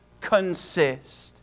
consist